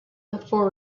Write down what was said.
before